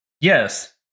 Yes